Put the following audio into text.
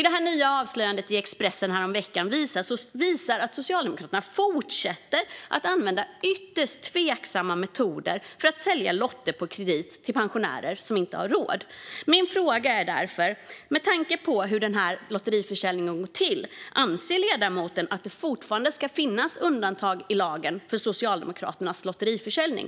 Det nya avslöjandet i Expressen häromveckan visar att Socialdemokraterna fortsätter att använda ytterst tveksamma metoder för att sälja lotter på kredit till pensionärer som inte har råd. Med tanke på hur denna lotteriförsäljning går till undrar jag: Anser ledamoten att det fortfarande ska finnas undantag i lagen för Socialdemokraternas lotteriförsäljning?